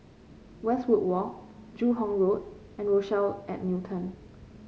Westwood Walk Joo Hong Road and Rochelle at Newton